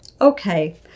Okay